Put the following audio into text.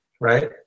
right